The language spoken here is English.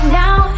now